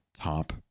Top